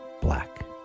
black